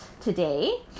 today